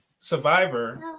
survivor